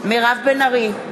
מירב בן ארי, בעד